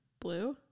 blue